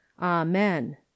Amen